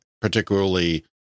particularly